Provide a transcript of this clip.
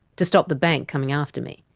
to stop the bank coming after me.